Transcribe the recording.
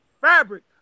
fabric